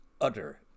utter